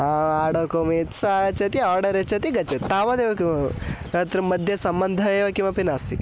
order करोमि सः आगच्छति आर्डर् यच्छति गच्छति तावदेव किम् तत्र मध्ये सम्बन्ध एव किमपि नास्ति